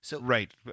Right